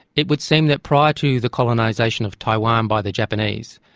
it would seem that prior to the colonisation of taiwan by the japanese,